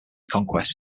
conquests